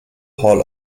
hall